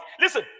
Listen